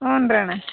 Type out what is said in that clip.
ಹ್ಞೂನಣ್ಣ